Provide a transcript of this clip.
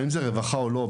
אם בסוף זה רווחה או לא?